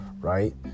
right